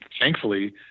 thankfully